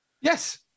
yes